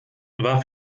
war